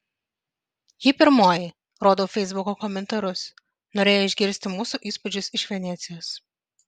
ji pirmoji rodau feisbuko komentarus norėjo išgirsti mūsų įspūdžius iš venecijos